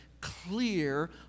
clear